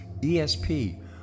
ESP